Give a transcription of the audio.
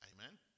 Amen